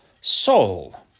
Soul